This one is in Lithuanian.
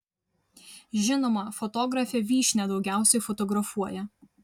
žinoma fotografė vyšnia daugiausiai fotografuoja